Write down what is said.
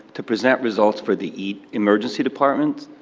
to present results for the emergency departments,